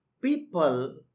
people